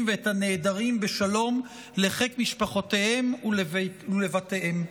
ואת הנעדרים בשלום לחיק משפחותיהם ולבתיהם.